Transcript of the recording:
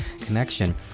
connection